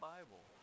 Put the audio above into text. Bible